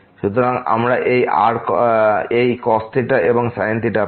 সুতরাং আমরা এই cos theta এবং sin theta পাই